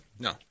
No